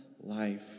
life